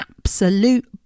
absolute